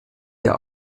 der